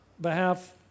behalf